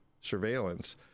surveillance